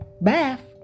bath